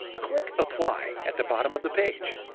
click apply at the bottom of the page.